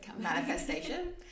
manifestation